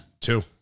Two